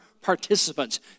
participants